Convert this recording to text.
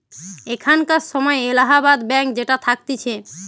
এখানকার সময় এলাহাবাদ ব্যাঙ্ক যেটা থাকতিছে